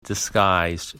disguised